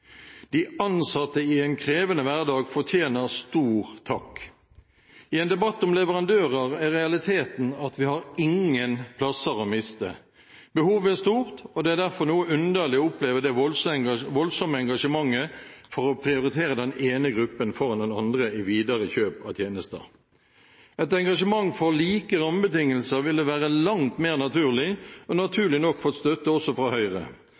De ansatte i en krevende hverdag fortjener stor takk. I en debatt om leverandører er realiteten at vi har ingen plasser å miste. Behovet er stort, og det er derfor noe underlig å oppleve det voldsomme engasjementet for å prioritere den ene gruppen foran den andre i videre kjøp av tjenester. Et engasjement for like rammebetingelser ville være langt mer naturlig, og ville naturlig nok få støtte også fra Høyre.